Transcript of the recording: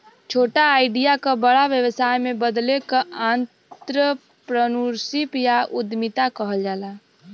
छोटा आईडिया क बड़ा व्यवसाय में बदले क आंत्रप्रनूरशिप या उद्दमिता कहल जाला